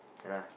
no lah